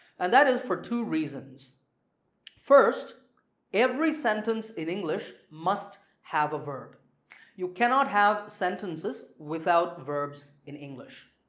and that is for two reasons first every sentence in english must have a verb you cannot have sentences without verbs in english,